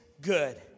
good